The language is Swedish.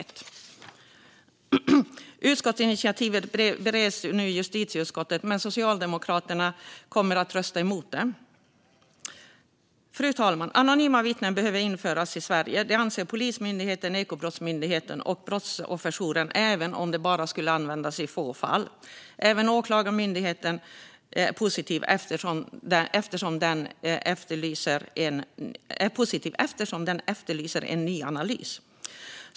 Förslaget till utskottsinitiativ bereds nu i justitieutskottet, men Socialdemokraterna kommer att rösta emot det. Fru talman! Ett system för anonyma vittnen behöver införas i Sverige. Det anser Polismyndigheten, Ekobrottsmyndigheten och brottsofferjouren, även om de bara skulle användas i några få fall. Även Åklagarmyndigheten är positiv eftersom man efterlyser en ny analys.